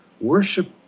Worship